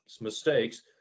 mistakes